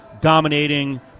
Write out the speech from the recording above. dominating